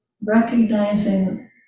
recognizing